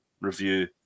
review